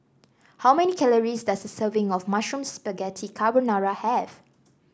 how many calories does a serving of Mushroom Spaghetti Carbonara have